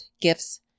gifts